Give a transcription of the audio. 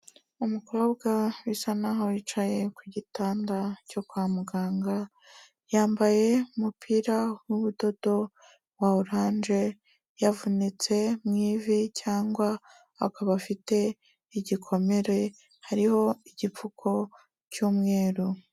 Umukobwa bisa naho wicaye ku gitanda cyo kwa muganga, yambaye umupira w'ubudodo wa oranje, yavunitse mu ivi cyangwa akaba afite igikomere hariho igipfuko cy'umweru.